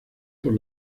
por